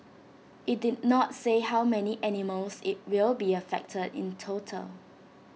IT did not say how many animals IT will be affected in total